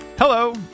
Hello